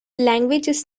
languages